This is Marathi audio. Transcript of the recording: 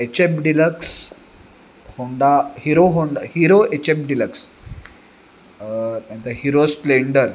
H F deluxe Honda Hero Honda Hero H F deluxe त्यानंतर हिरो स्प्लेंडर